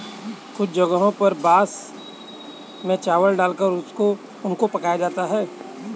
कुछ जगहों पर बांस में चावल डालकर उनको पकाया जाता है